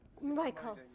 Michael